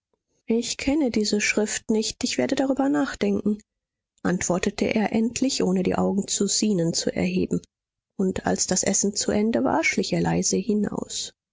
ich kenne diese schrift nicht ich werde darüber nachdenken antwortete er endlich ohne die augen zu zenon zu erheben und als das essen zu ende war schlich er leise hinaus